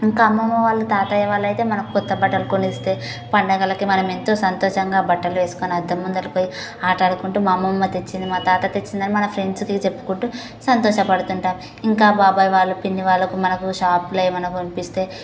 ఇంకా అమ్మమ్మ వాళ్ళు తాతయ్య వాళ్ళు అయితే మనకు కొత్త బట్టలు కొనిస్తే పండగలకి మనం ఎంతో సంతోషంగా ఆ బట్టలు వేస్కొని అద్దం ముందర పోయి ఆటాడుకుంటూ మా అమ్మమ్మ తెచ్చింది మా తాత తెచ్చింది అని మన ఫ్రెండ్స్కి చెప్పుకుంటూ సంతోషపడుతుంటాం ఇంకా బాబాయి వాళ్ళు పిన్ని వాళ్ళకు మనకు షాప్లో ఎమన్నా కొనిస్తే